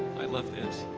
i love this.